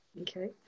Okay